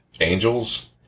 angels